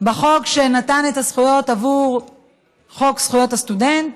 בחוק שנתן את הזכויות, חוק זכויות הסטודנט.